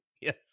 Yes